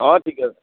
অঁ ঠিক আছে